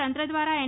તંત્ર દ્વારા એન